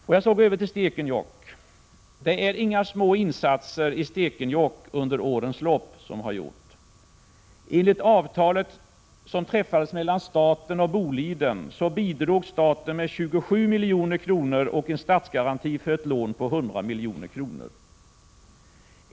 Jag går så över till Stekenjokk. Det är inte små insatser som har gjorts i Stekenjokk under årens lopp. Enligt det avtal som träffades mellan staten och Boliden bidrog staten med 27 milj.kr. och en statsgaranti för ett lån på 100 milj.kr.